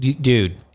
Dude